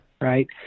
Right